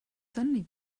suddenly